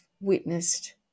witnessed